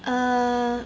err